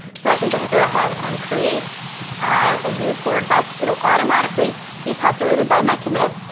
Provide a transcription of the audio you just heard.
so i can just go ahead and create a new pull request. it'll automatically be populated by my commit.